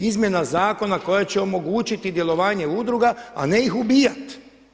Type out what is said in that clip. Izmjena zakona koja će omogućiti djelovanje udruga, a ne ih ubijat.